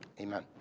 amen